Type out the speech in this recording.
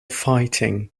fighting